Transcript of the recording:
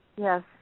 Yes